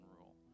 rule